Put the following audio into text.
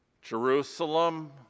Jerusalem